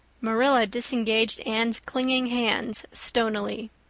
marilla disengaged anne's clinging hands stonily.